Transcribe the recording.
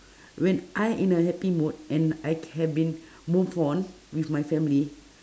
when I in a happy mood and I can be move on with my family